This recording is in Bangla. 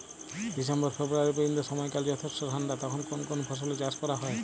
ডিসেম্বর ফেব্রুয়ারি পর্যন্ত সময়কাল যথেষ্ট ঠান্ডা তখন কোন কোন ফসলের চাষ করা হয়?